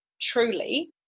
truly